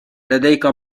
لديك